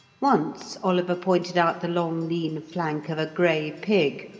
once oliver pointed out the long, lean flank of a grey pig,